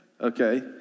Okay